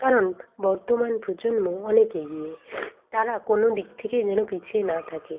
কারণ বর্তমান প্রজন্ম অনেক এগিয়ে তারা কোনো দিক থেকেই যেন পিছিয়ে না থাকে